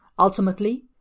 Ultimately